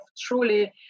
truly